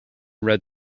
red